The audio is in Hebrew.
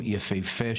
יפהפה,